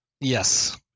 Yes